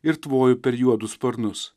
ir tvoju per juodus sparnus